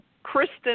Kristen